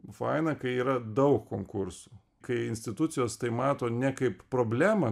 faina kai yra daug konkursų kai institucijos tai mato ne kaip problemą